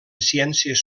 ciències